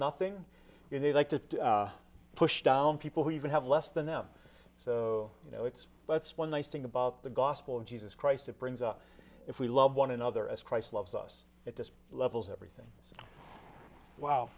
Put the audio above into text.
nothing in they like to push down people who even have less than them so you know it's that's one nice thing about the gospel of jesus christ it brings us if we love one another as christ loves us at the levels everything wow